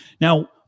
Now